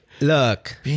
Look